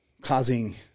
causing